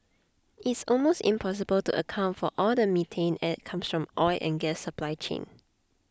it's almost impossible to account for all the methane that comes from the oil and gas supply chain